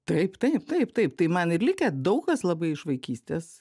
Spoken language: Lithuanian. taip taip taip taip tai man ir likę daug kas labai iš vaikystės